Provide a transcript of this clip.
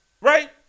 Right